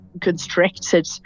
constricted